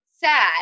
sad